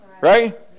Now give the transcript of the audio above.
right